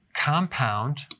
Compound